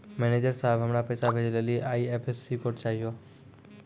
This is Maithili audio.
मैनेजर साहब, हमरा पैसा भेजै लेली आई.एफ.एस.सी कोड चाहियो